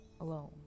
alone